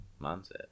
mindset